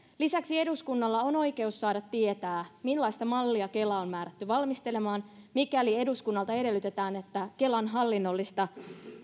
lisäksi eduskunnalla on oikeus saada tietää millaista mallia kela on määrätty valmistelemaan mikäli eduskunnalta edellytetään että kelan hallinnollista